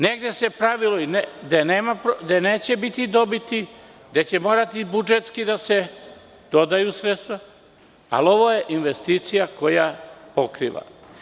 Negde se pravilo gde neće biti dobiti, gde će morati budžetski da se dodaju sredstva, ali ovo je investicija koja pokriva.